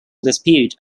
dispute